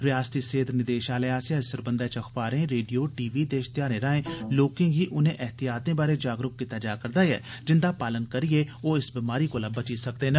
रियासती सेहत निदेशालय आस्सेया इस सरबंधै च अखबारें रेडियो टी वी ते इश्तयारें राएं लोकें गी उनें ऐहतियातें बारे जागरुक किता जा रदा ऐ जिन्दा पालन करियै ओ इस बमारी कोला बची सकदे न